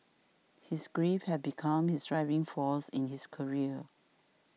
his grief had become his driving force in his career